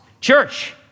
Church